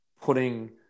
putting